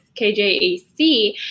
KJAC